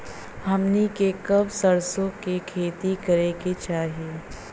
हमनी के कब सरसो क खेती करे के चाही?